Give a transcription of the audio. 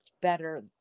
better